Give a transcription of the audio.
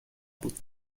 بود